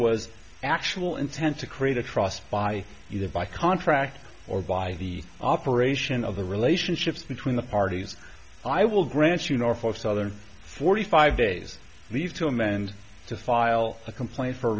was actual intent to create a trust by either by contract or by the operation of the relationships between the parties i will grant you nor for southern forty five days leave to amend to file a complaint for